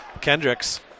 Kendricks